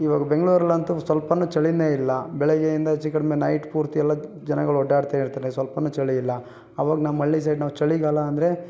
ಇವಾಗ ಬೆಂಗಳೂರಲ್ಲಂತೂ ಸ್ವಲ್ಪನೂ ಚಳಿಯೇ ಇಲ್ಲ ಬೆಳಗ್ಗೆಯಿಂದ ಹೆಚ್ಚು ಕಡಿಮೆ ನೈಟ್ ಪೂರ್ತಿ ಎಲ್ಲ ಜನಗಳು ಓಡಾಡ್ತಾಯಿರ್ತಾರೆ ಸ್ವಲ್ಪನೂ ಚಳಿಯಿಲ್ಲ ಅವಾಗ ನಮ್ಮ ಹಳ್ಳಿ ಸೈಡ್ ನಾವು ಚಳಿಗಾಲ ಅಂದರೆ